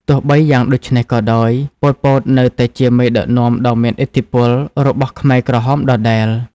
ទោះបីយ៉ាងដូច្នេះក៏ដោយ ប៉ុល ពត នៅតែជាមេដឹកនាំដ៏មានឥទ្ធិពលរបស់ខ្មែរក្រហមដដែល។